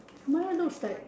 mine looks like